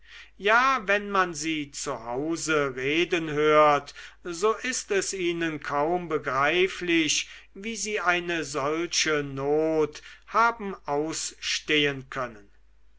ja wenn man sie zu hause reden hört so ist es ihnen kaum begreiflich wie sie eine solche not haben ausstehen können